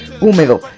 húmedo